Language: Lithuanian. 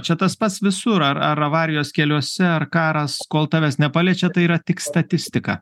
čia tas pats visur ar ar avarijos keliuose ar karas kol tavęs nepaliečia tai yra tik statistika